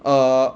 err